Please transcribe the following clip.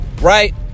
right